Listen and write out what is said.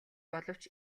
боловч